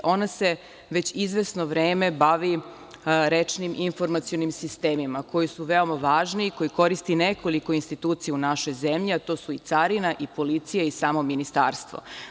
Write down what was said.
Ona se već izvesno vreme bavi rečnim informacionim sistemima koji su veoma važni, koje koristi nekoliko institucija u našoj zemlji, a to su i carina i policija i samo Ministarstvo.